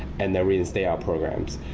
and then reinstate our programs.